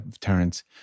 Terence